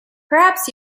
perhaps